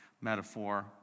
metaphor